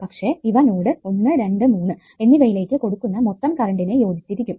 പക്ഷെ ഇവ നോഡ് 1 2 3 എന്നിവയിലേക്ക് കൊടുക്കുന്ന മൊത്തം കറണ്ടിനെ യോജിച്ചിരിക്കും